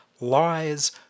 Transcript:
lies